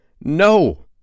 no